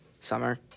Summer